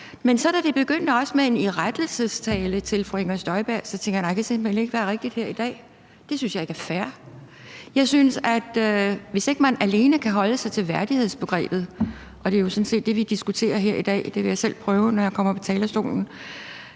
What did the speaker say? Men da det så også begyndte med en irettesættelsestale til fru Inger Støjberg, tænkte jeg: Nej, det kan simpelt hen ikke være rigtigt her i dag. Det synes jeg ikke er fair. Jeg synes, at man, hvis ikke man alene kan holde sig til værdighedsbegrebet – og det er jo sådan set det, vi diskuterer her i dag, og det vil jeg selv prøve, når jeg kommer på talerstolen